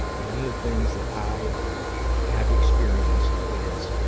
one of the things that i have experienced is,